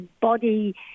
body